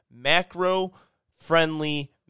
macro-friendly